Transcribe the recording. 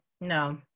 No